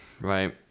Right